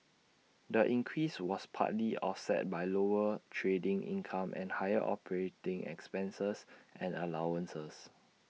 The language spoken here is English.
the increase was partly offset by lower trading income and higher operating expenses and allowances